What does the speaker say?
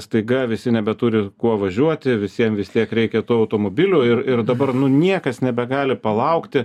staiga visi nebeturi kuo važiuoti visiem vis tiek reikia tų automobilių ir ir dabar nu niekas nebegali palaukti